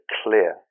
clear